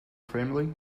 family